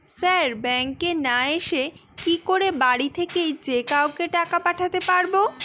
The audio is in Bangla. স্যার ব্যাঙ্কে না এসে কি করে বাড়ি থেকেই যে কাউকে টাকা পাঠাতে পারবো?